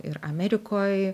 ir amerikoj